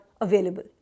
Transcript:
available